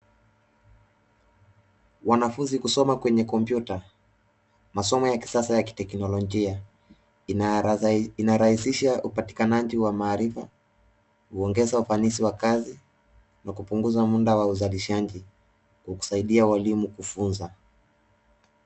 Wanafunzi kusoma kwenye kompyuta. Masomo ya kisasa ya kiteknolojia. Inarahisisha upatikanaji wa maarifa, uongeza ufanisi wa kazi, na kupunguza muda wa uzalishaji, kwa kusaidia walimu kufunza.